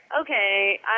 okay